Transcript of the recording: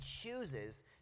chooses